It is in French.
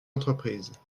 entreprises